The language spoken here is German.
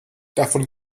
davon